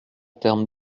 termes